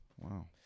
Wow